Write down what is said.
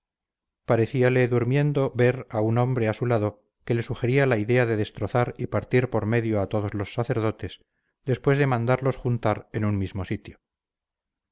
prisa parecíale durmiendo ver un hombre a su lado que le sugería la idea de destrozar y partir por medio a todos los sacerdotes después de mandarlos juntar en un mismo sitio